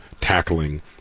tackling